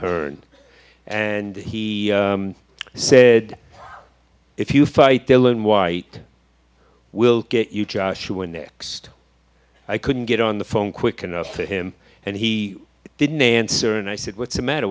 her and he said if you fight dillon why eat we'll get you joshua next i couldn't get on the phone quick enough for him and he didn't answer and i said what's the matter